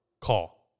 call